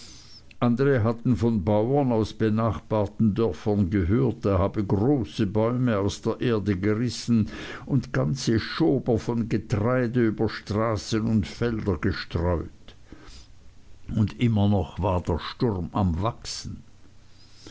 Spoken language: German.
andere hatten von bauern aus benachbarten dörfern gehört er habe große bäume aus der erde gerissen und ganze schober von getreide über straßen und felder gestreut und immer noch war der sturm im wachsen